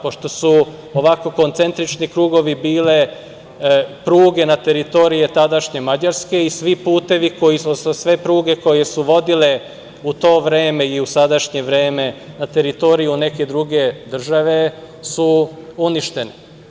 Pošto su ovako koncentrični krugovi bile pruge na teritoriji tadašnje Mađarske i sve pruge koje su vodile u to vreme i u sadašnje vreme na teritoriju neke druge države su uništene.